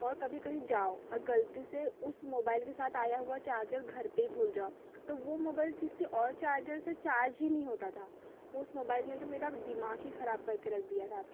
और कभी कहीं जाओ गलती से उस मोबाईल के साथ आया हुआ चार्जर घर पे ही भूल जाओ तो वो मोबाईल किसी और चार्जर से चार्ज ही नहीं होता था उस मोबाईल ने तो मेरा दिमाग ही खराब करके रख दिया था